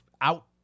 out